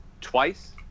twice